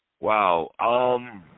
Wow